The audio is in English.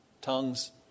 tongues